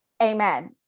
Amen